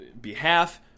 behalf